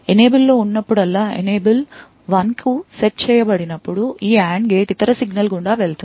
enable లో ఉన్నప్పుడల్లా enable 1 కు సెట్ చేయబడినప్పుడు ఈ AND గేట్ ఇతర సిగ్నల్ గుండా వెళుతుంది